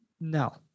No